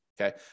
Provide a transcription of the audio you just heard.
Okay